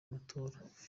matora